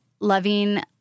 loving